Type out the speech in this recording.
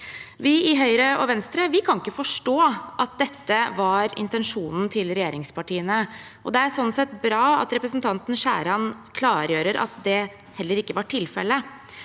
Vi i Høyre og Venstre kan ikke forstå at dette var intensjonen til regjeringspartiene. Det er slik sett bra at representanten Skjæran klargjør at det heller ikke var tilfellet,